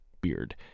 beard